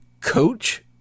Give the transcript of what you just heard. Coach